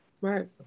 Right